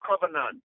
covenant